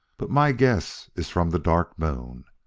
but my guess is from the dark moon.